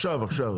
עכשיו עכשיו,